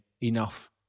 enough